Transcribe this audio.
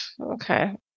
okay